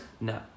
No